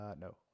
No